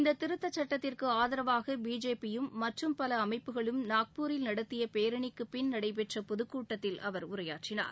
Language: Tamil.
இந்த திருத்தச் சட்டத்திற்கு ஆதரவாக பிஜேபியும் மற்றும் பல அமைப்புகளும் நாக்பூரில் நடத்திய பேரணிக்குப்பின் நடைபெற்ற பொதுக் கூட்டத்தில் அவர் உரையாற்றினார்